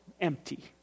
empty